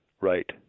Right